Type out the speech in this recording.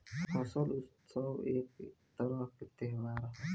फसल उत्सव एक तरह के त्योहार ह